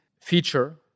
feature